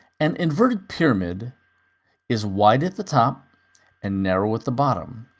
an inverted pyramid is wide at the top and narrow at the bottom.